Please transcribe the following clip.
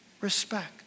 Respect